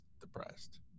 depressed